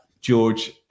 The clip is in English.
George